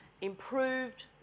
improved